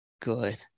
good